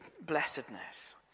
blessedness